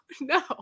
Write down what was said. no